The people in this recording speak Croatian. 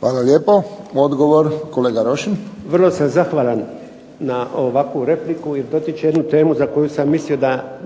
Hvala lijepo. Odgovor kolega Rošin. **Rošin, Jerko (HDZ)** Vrlo sam zahvalan na ovakvu repliku i potiče jednu temu za koju sam mislio